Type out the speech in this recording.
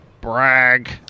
Brag